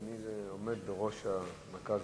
שעומד בראש "מרכז